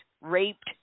raped